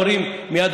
מרגי, זה לא ירד לשטח.